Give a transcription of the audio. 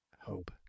hope